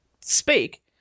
speak